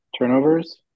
turnovers